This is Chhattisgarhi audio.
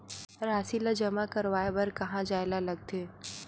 राशि ला जमा करवाय बर कहां जाए ला लगथे